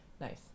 Nice